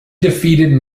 defeated